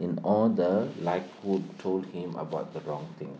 in all the likelihood told him about the wrong thing